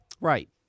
Right